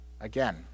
again